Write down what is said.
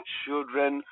children